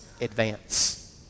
advance